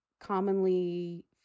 commonly